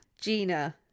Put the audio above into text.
Gina